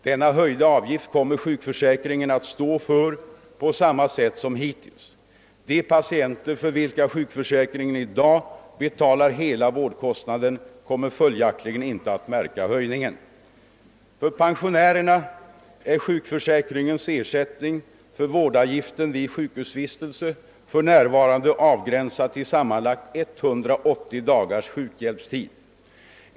Denna höjda avgift kommer sjukförsäkringen att stå för på samma sätt som hittills. De patienter för vilka sjukförsäkringen i dag betalar hela vårdkostnaden kommer följaktligen inte att märka höjningen. För pensionärerna är sjukförsäkringens ersättning för vårdavgiften vid sjukhusvistelse för närvarande avgränsad till sammanlagt 180 dagars sjukhjälpstid.